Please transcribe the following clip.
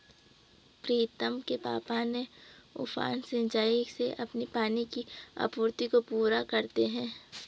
प्रीतम के पापा ने उफान सिंचाई से अपनी पानी की आपूर्ति को पूरा करते हैं